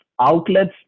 outlets